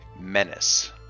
Menace